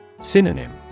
Synonym